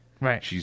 Right